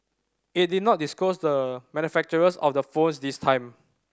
it did not disclose the manufacturers of the phones this time